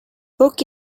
book